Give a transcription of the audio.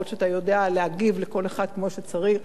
אף שאתה יודע להגיב לכל אחד כמו שצריך.